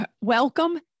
welcome